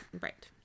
right